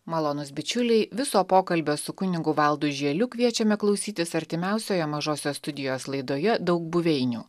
malonūs bičiuliai viso pokalbio su kunigu valdu žieliu kviečiame klausytis artimiausioje mažosios studijos laidoje daug buveinių